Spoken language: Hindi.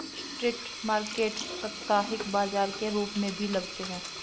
स्ट्रीट मार्केट साप्ताहिक बाजार के रूप में भी लगते हैं